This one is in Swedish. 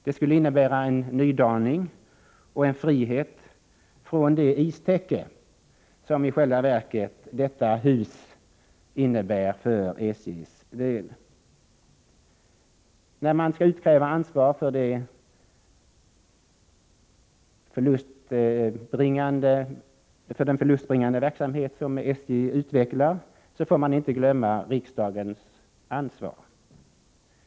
Det skulle innebära en nydaning och en frihet från det istäcke som detta hus i själva verket innebär för SJ:s del. När man skall utkräva ansvar för den förlustbringande verksamhet som SJ utvecklar, får man inte glömma riksdagens ansvar.